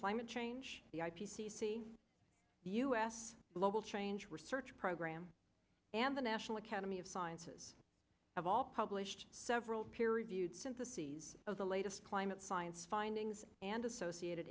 climate change the i p c c the u s global change research program and the national academy of sciences of all published several peer reviewed sympathies of the latest climate science findings and associated i